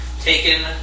Taken